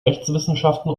rechtswissenschaften